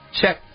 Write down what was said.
Check